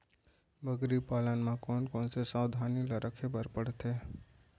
बकरी पालन म कोन कोन सावधानी ल रखे बर पढ़थे?